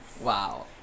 wow